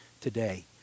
today